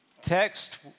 text